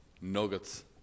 nuggets